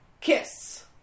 Kiss